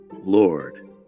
Lord